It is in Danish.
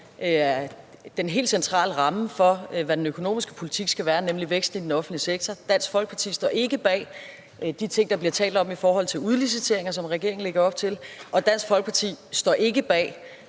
den helt centrale ramme for, hvad den økonomiske politik skal være, nemlig væksten i den offentlige sektor. Dansk Folkeparti står ikke bag de ting, der bliver talt om, i forhold til udliciteringer, som regeringen lægger op til, og Dansk Folkeparti står ikke bag